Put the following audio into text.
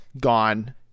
gone